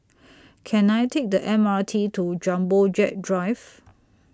Can I Take The M R T to Jumbo Jet Drive